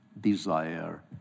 desire